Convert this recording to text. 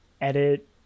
edit